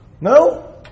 No